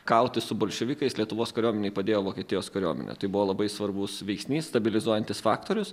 kautis su bolševikais lietuvos kariuomenei padėjo vokietijos kariuomenė tai buvo labai svarbus veiksnys stabilizuojantis faktorius